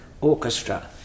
Orchestra